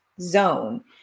zone